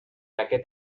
aquest